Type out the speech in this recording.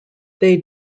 they